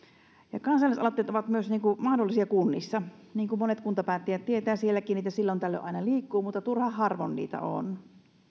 kansalaisaloitteet ovat mahdollisia myös kunnissa niin kuin monet kuntapäättäjät tietävät sielläkin niitä silloin tällöin aina liikkuu mutta turhan harvoin niitä on